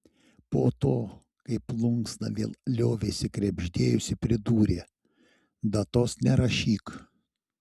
po to kai plunksna vėl liovėsi krebždėjusi pridūrė datos nerašyk